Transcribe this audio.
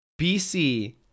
BC